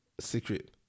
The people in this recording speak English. secret